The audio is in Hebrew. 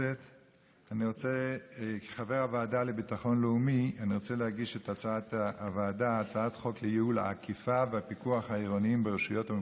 אני קובע כי הצעת חוק גיל פרישה (הורה